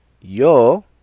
yo